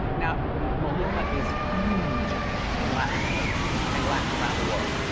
now maluma is huge in latin america and latin around the world.